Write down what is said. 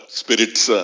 spirits